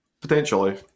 Potentially